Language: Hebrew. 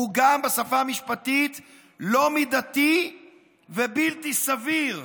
גם בשפה המשפטית הוא לא מידתי ובלתי סביר.